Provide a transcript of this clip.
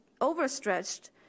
overstretched